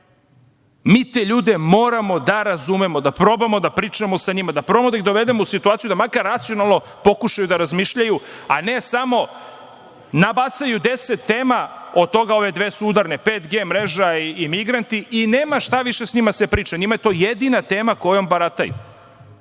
Mi te ljude moramo da razumemo, da probamo da pričamo sa njima, da probamo da ih dovedemo u situaciju da makar racionalno pokušaju da razmišljaju, a ne samo nabacaju deset tema, od toga ove dve su udarne, 5G mreža i migranti i nema šta više sa njima da se priča. Njima je to jedina tema kojom barataju